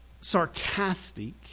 sarcastic